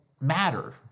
matter